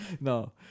No